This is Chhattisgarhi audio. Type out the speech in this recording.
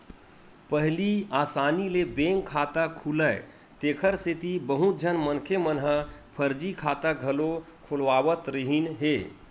पहिली असानी ले बैंक खाता खुलय तेखर सेती बहुत झन मनखे मन ह फरजी खाता घलो खोलवावत रिहिन हे